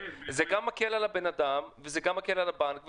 זה גם מקל על הבנאדם וזה גם מקל על הבנק,